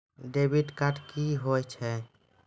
Debit card क्या हैं?